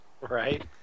right